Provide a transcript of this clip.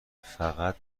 فقط